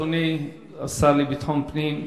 אדוני השר לביטחון פנים,